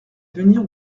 venir